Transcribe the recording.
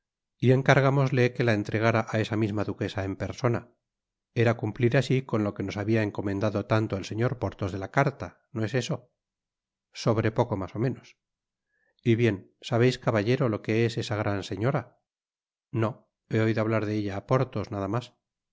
y encargárnosle que la entregara á esa misma duquesa en persona era cumplir asi con to que nos habia encomendado tanto el señor porthos de la carta no es eso sobre poco mas ó menos y bien sabeis caballero lo que es esa gran señora no he oido hablar de ella á porthos nada mas